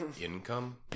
income